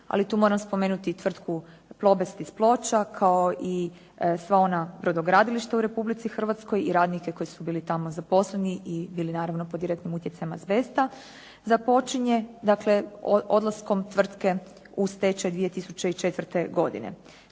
ali tu moram spomenuti i tvrtku "Plobest" iz Ploča, kao i sva ona brodogradilišta u Republici Hrvatskoj i radnike koji su bili tamo zaposleni i bili naravno pod direktnim utjecajem azbesta, započinje dakle odlaskom tvrtke u stečaj 2004. godine.